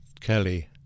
Kelly